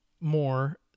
more